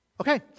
Okay